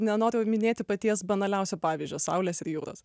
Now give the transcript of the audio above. nenoriu minėti paties banaliausio pavyzdžio saulės ir jūros